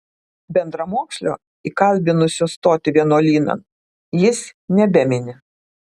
bendramokslio įkalbinusio stoti vienuolynan jis nebemini